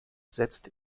setzt